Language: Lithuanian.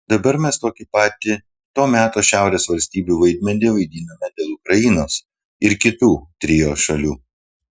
dabar mes tokį patį to meto šiaurės valstybių vaidmenį vaidiname dėl ukrainos ir kitų trio šalių